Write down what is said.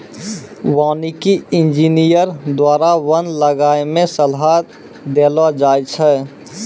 वानिकी इंजीनियर द्वारा वन लगाय मे सलाह देलो जाय छै